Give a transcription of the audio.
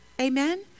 Amen